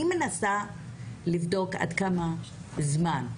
אני מנסה לבדוק עד כמה זמן,